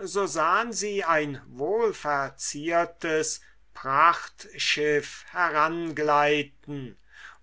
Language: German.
sahen sie ein wohlverziertes prachtschiff herangleiten